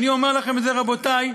אני אומר לכם את זה, רבותי: